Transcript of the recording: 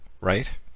right